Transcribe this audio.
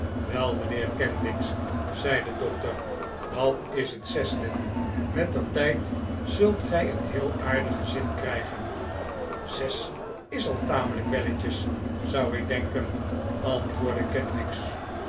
wel mijnheer kenwigs zei de dokter dat is het zesde mettertijd zult gij een heel aardig gezin krijgen zes as al tamelijk welletjes zou ik denken antwoordde kenwigs